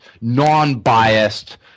non-biased